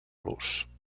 los